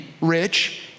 rich